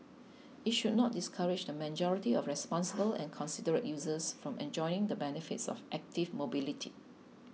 it should not discourage the majority of responsible and considerate users from enjoying the benefits of active mobility